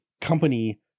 company